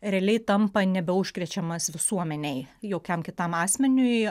realiai tampa nebeužkrečiamas visuomenei jokiam kitam asmeniui